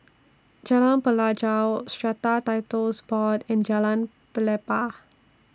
Jalan Pelajau Strata Titles Board and Jalan Pelepah